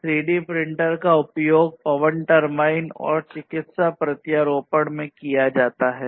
3D printer का प्रयोग पवन टर्बाइन और चिकित्सा प्रत्यारोपण में किया जाता है